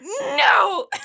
No